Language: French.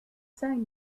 cinq